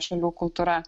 šalių kultūra